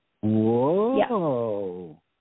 Whoa